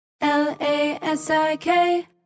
L-A-S-I-K